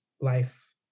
life